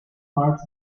parts